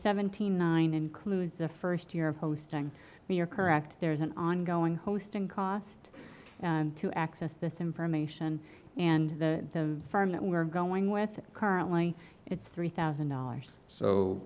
seventy nine includes the first year of posting and you're correct there is an ongoing hosting cost to access this information and the them farm that we are going with currently its three thousand dollars so